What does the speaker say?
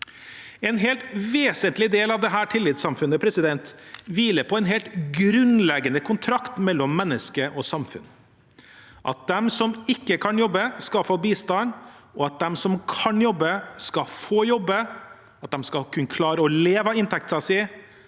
En helt vesentlig del av dette tillitssamfunnet hviler på en helt grunnleggende kontrakt mellom menneske og samfunn: De som ikke kan jobbe, skal få bistand, og de som kan jobbe, skal få jobbe, og de skal kunne leve av inntekten sin,